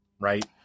right